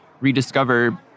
rediscover